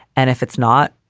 and if it's not,